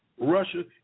Russia